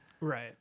Right